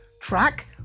track